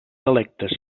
electes